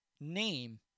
name